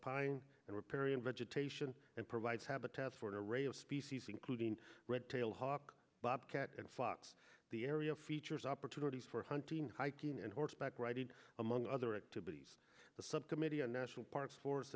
pine and riparian vegetation and provides habitat for an array of species including red tailed hawk bobcat and fox the area features opportunities for hunting hiking and horseback riding among other activities the subcommittee on national parks for